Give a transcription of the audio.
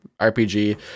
RPG